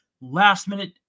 Last-minute